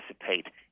participate